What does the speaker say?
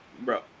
bro